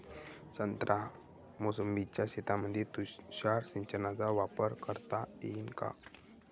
संत्रा मोसंबीच्या शेतामंदी तुषार सिंचनचा वापर करता येईन का?